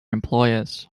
employers